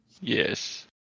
Yes